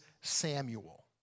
Samuel